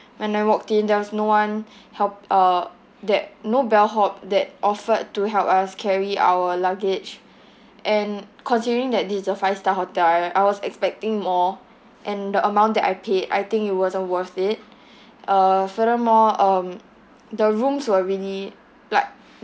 when I walked in there was no one helped uh that no bellhop that offered to help us carry our luggage and considering that this is a five star hotel I I was expecting more and the amount that I paid I think it wasn't worth it uh furthermore um the rooms were really like